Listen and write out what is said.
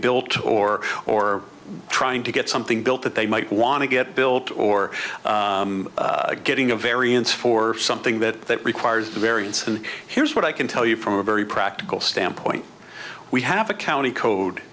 built or or trying to get something built that they might want to get built or getting a variance for something that requires a variance and here's what i can tell you from a very practical standpoint we have a county code